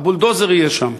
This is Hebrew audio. הבולדוזר יהיה שם.